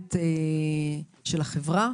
והתנהגות של החברה